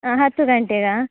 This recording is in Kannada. ಹಾಂ ಹತ್ತು ಗಂಟೆಗಾ